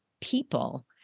people